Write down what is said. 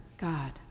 God